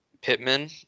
Pittman